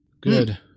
Good